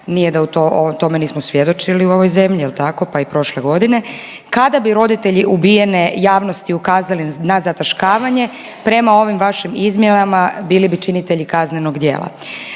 nije da u to, tome nismo svjedočili u ovoj zemlji, je li tako, pa i prošle godine, kada bi roditelji ubijene, javnosti ukazali na zataškavanje prema ovim vašim izmjenama bili bi činitelji kaznenog djela,